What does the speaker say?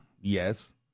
Yes